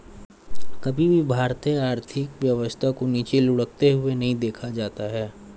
कभी भी भारतीय आर्थिक व्यवस्था को नीचे लुढ़कते हुए नहीं देखा जाता है